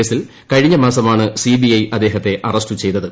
കേസിൽ കഴിഞ്ഞ മാസമാണ് സിബിഐ അദ്ദേഹത്തെ അറസ്റ്റ് ചെയതത്